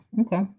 Okay